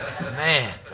man